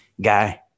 Guy